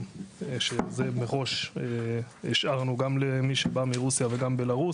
שזה מראש השארנו גם למי שבא מרוסיה וגם בלרוס,